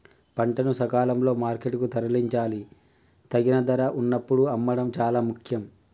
పంటను సకాలంలో మార్కెట్ కు తరలించాలి, తగిన ధర వున్నప్పుడు అమ్మడం చాలా ముఖ్యం